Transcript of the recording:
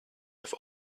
have